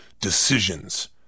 decisions